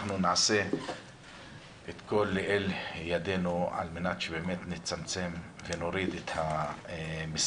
אנחנו נעשה את כל שלאל ידינו על מנת שנצמצם ונוריד את המספרים.